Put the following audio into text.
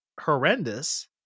horrendous